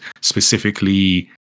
specifically